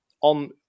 on